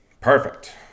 Perfect